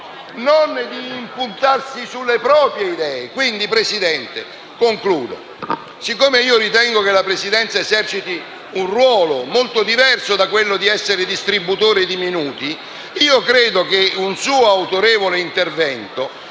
non di impuntarsi sulle proprie idee. Concludendo, signor Presidente, siccome ritengo che la Presidenza eserciti un ruolo molto diverso da quello del distributore di minuti, credo che un suo autorevole intervento